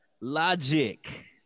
logic